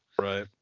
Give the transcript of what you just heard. Right